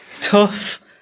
Tough